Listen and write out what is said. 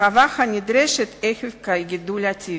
הרחבה הנדרשת עקב הגידול הטבעי.